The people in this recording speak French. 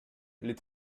les